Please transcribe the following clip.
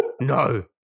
No